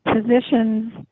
positions